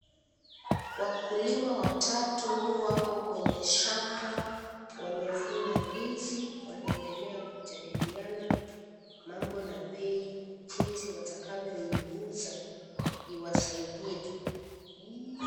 Wakulima watatu wako kwenye shamba, wamefuna ndizi, wanaendelea kujadiliana, mambo na bei, jinsi watakavyouza, iwasaidie.